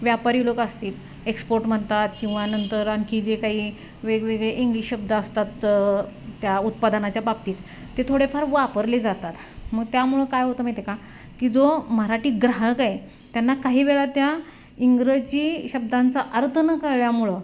व्यापारी लोक असतील एक्सपोट म्हणतात किंवा नंतर आणखी जे काही वेगवेगळे इंग्लिश शब्द असतात त्या उत्पादनाच्या बाबतीत ते थोडेफार वापरले जातात मग त्यामुळं काय होतं माहीत आहे का की जो मराठी ग्राहक आहे त्यांना काही वेळा त्या इंग्रजी शब्दांचा अर्थ न कळल्यामुळं